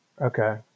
Okay